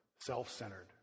self-centered